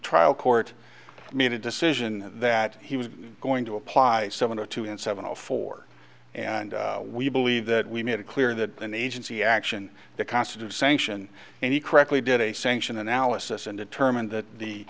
trial court made a decision that he was going to apply some one to two in seven or four and we believe that we made it clear that the agency action the cost of sanction and he correctly did a sanction analysis and determined that